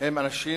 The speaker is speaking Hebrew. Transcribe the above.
הם אנשים